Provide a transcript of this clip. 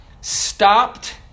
stopped